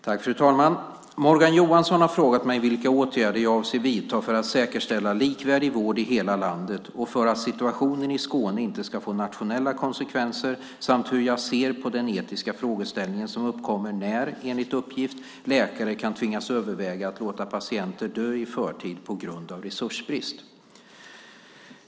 Fru ålderspresident! Morgan Johansson har frågat mig vilka åtgärder jag avser att vidta för att säkerställa likvärdig vård i hela landet och för att situationen i Skåne inte ska få nationella konsekvenser samt hur jag ser på den etiska frågeställning som uppkommer när, enligt uppgift, läkare kan tvingas överväga att låta patienter dö i förtid på grund av resursbrist.